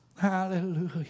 hallelujah